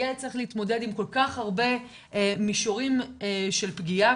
הילד צריך להתמודד עם כל כך הרבה מישורים של פגיעה,